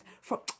From-